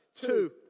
Two